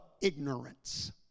ignorance